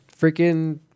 freaking